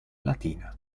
latina